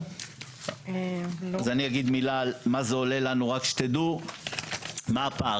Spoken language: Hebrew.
אני אגיד מילה מה זה עולה לנו, מה הפער?